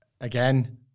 again